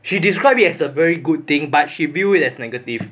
she described as a very good thing but she viewed as negative